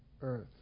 earth